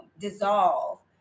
dissolve